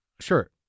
Sure